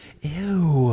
Ew